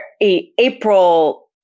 April